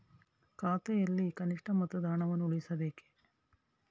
ಖಾತೆಯಲ್ಲಿ ಕನಿಷ್ಠ ಮೊತ್ತದ ಹಣವನ್ನು ಉಳಿಸಬೇಕೇ?